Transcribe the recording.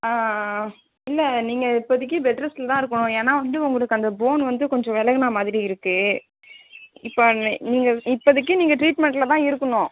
ஆ ஆ ஆ இல்லை நீங்கள் இப்போதைக்கி பெட் ரெஸ்ட்டில்தான் இருக்கணும் ஏன்னால் வந்து உங்களுக்கு அந்த போன் வந்து கொஞ்சம் விலகுனா மாதிரி இருக்குது இப்போ நீங்கள் இப்போதைக்கி நீங்கள் ட்ரீட்மெண்ட்டில் தான் இருக்கணும்